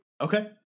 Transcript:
Okay